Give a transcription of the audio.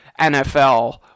NFL